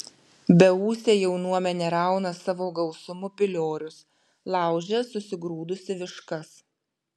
beūsė jaunuomenė rauna savo gausumu piliorius laužia susigrūdusi viškas